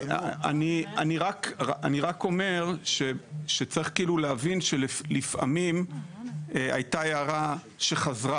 אני רק אומר שצריך כאילו להבין שלפעמים הייתה הערה שחזרה